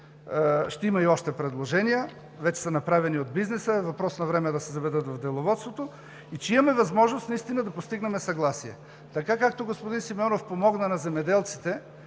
ще има и още предложения – вече са направени от бизнеса, въпрос на време е да се заведат в Деловодството, и че имаме възможност наистина да постигнем съгласие. Така както господин Симеонов помогна на земеделците